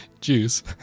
Juice